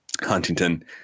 Huntington